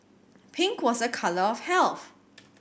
pink was a colour of health